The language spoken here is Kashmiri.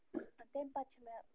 تَمہِ پتہٕ چھِ مےٚ